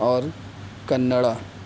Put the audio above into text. اور کنڑا